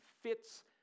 fits